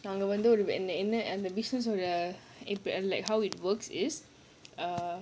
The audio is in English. நாங்க வந்து:naanga vandhu the business of the like how it works is err